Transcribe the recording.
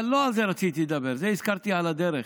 אבל לא על זה רציתי לדבר, זה הזכרתי על הדרך,